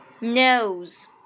nose